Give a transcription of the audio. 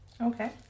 Okay